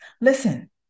Listen